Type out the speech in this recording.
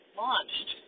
launched